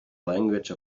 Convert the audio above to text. language